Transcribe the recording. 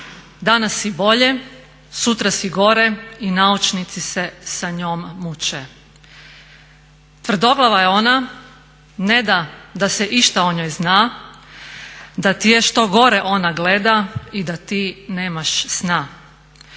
danas si bolje, sutra si gore i naučnici se sa njom muče. Tvrdoglava je ona, neda da se išta o njoj zna, da ti je što gore ona gleda i da ti nemaš sna.